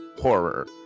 horror